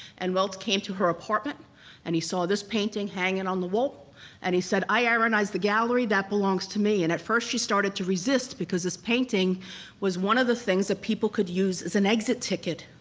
and welz came to her apartment and he saw this painting hanging on the wall and he said, i aryanize the gallery, that belongs to me. and at first she started to resist, because this painting was one of the things that people could use as an exit ticket.